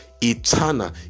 eternal